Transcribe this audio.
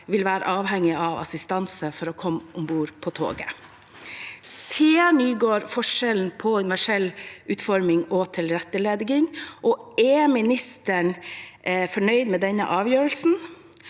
vil være avhengig av assistanse for å komme om bord på toget. Ser Nygård forskjellen på universell utforming og tilrettelegging, og er ministeren fornøyd med denne avgjørelsen?